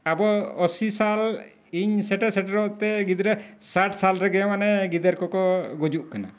ᱟᱵᱚ ᱟᱥᱤ ᱥᱟᱞ ᱤᱧ ᱥᱮᱴᱮᱨ ᱥᱮᱴᱮᱨᱚᱜᱼᱛᱮ ᱜᱤᱫᱽᱨᱟᱹ ᱥᱟᱴ ᱥᱟᱞ ᱨᱮᱜᱮ ᱢᱟᱱᱮ ᱜᱤᱫᱟᱹᱨ ᱠᱚᱠᱚ ᱜᱩᱡᱩᱜ ᱠᱟᱱᱟ